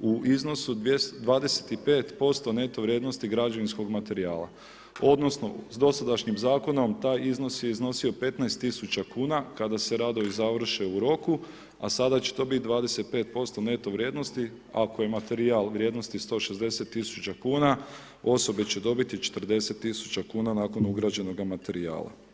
u iznosu 25% neto vrijednosti građevinskog materijala, odnosno s dosadašnjim zakonom taj iznos je iznosio 15 000 kuna kada se radovi završe u roku, a sada će to bit 25% neto vrijednosti ako je materijal vrijednosti 160 000 kuna osobe će dobiti 40 000 kuna nakon ugrađenoga materijala.